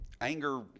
anger